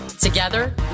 Together